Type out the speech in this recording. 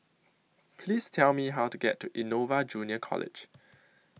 Please Tell Me How to get to Innova Junior College